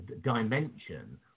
dimension